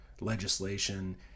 legislation